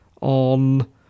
on